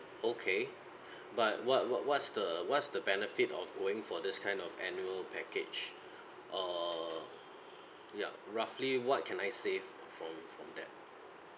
okay but what what what's the what's the benefit of going for this kind of annual package err ya roughly what can I save from from that